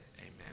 amen